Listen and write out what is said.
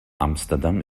amsterdam